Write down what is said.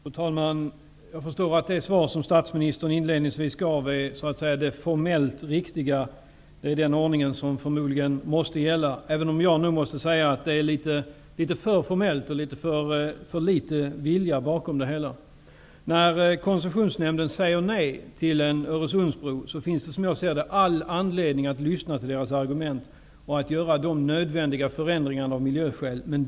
Fru talman! Jag förstår att det svar som statsministern inledningsvis gav är det formellt riktiga. Det är den ordning som förmodligen måste gälla, även om jag måste säga att det är litet för formellt och att det är för litet vilja bakom det hela. När Koncessionsnämnden säger nej till en Öresundsbro, finns det all anledning att lyssna till argumenten och att göra de av miljöskäl nödvändiga förändringarna.